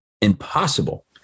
impossible